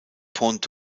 pont